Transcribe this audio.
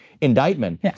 indictment